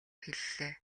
хэллээ